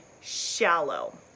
shallow